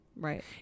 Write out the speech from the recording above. Right